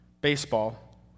baseball